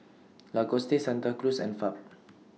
Lacoste Santa Cruz and Fab